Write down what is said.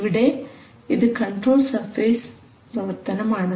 ഇവിടെ ഇത് control surface പ്രവർത്തനമാണ്